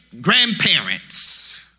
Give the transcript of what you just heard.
grandparents